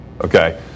Okay